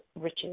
riches